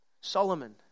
Solomon